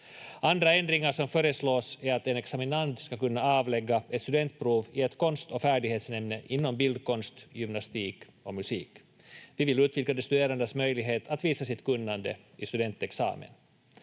Andra ändringar som föreslås är att en examinand ska kunna avlägga ett studentprov i ett konst- och färdighetsämne inom bildkonst, gymnastik och musik. Vi vill utveckla de studerandes möjlighet att visa sitt kunnande i studentexamen.